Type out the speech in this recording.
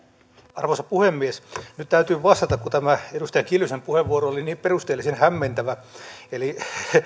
arvoisa puhemies nyt täytyy vastata kun tämä edustaja kiljusen puheenvuoro oli niin perusteellisen hämmentävä eli